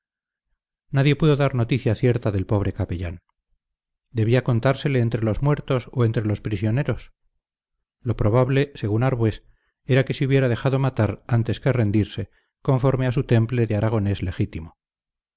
nadie pudo dar noticia cierta del pobre capellán debía contársele entre los muertos o entre los prisioneros lo probable según arbués era que se hubiera dejado matar antes que rendirse conforme a su temple de aragonés legítimo